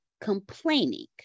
complaining